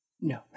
No